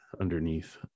underneath